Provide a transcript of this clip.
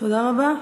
תודה רבה.